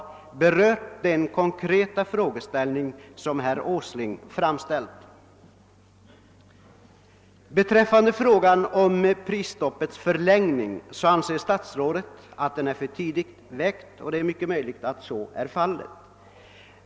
inte berört den kon kreta fråga som herr Åsling framställt på denna punkt. Frågan om prisstoppets förlängning anser statsrådet vara för tidigt väckt, och det är mycket möjligt att så är fallet.